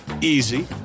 easy